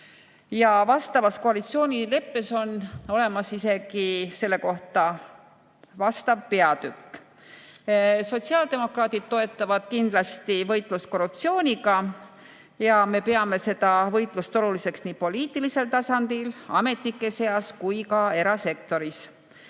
vastavas koalitsioonileppes on selle kohta olemas isegi vastav peatükk. Sotsiaaldemokraadid toetavad kindlasti võitlust korruptsiooniga ja me peame seda võitlust oluliseks nii poliitilisel tasandil, ametnike seas kui ka erasektoris.